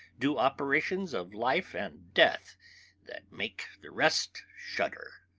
do operations of life and death that make the rest shudder.